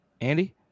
Andy